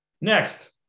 Next